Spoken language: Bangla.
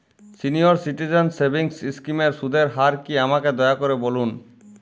সিনিয়র সিটিজেন সেভিংস স্কিমের সুদের হার কী আমাকে দয়া করে বলুন